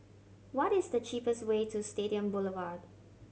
what is the cheapest way to Stadium Boulevard